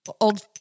Old